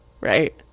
Right